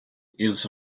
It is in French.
ils